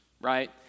right